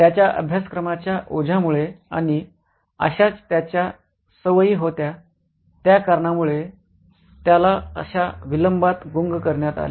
त्याच्या अभ्यासक्रमाच्या ओझ्यामुळे आणि अशाच त्याच्या सवयी होत्या त्या कारणामुळे त्याला अशा विलंबात गुंग करण्यात आले